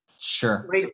Sure